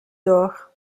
durch